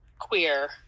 queer